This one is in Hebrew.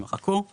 יימחקו;